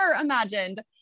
imagined